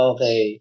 Okay